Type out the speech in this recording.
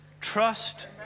trust